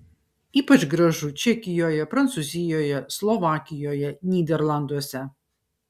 ypač gražu čekijoje prancūzijoje slovakijoje nyderlanduose